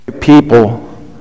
people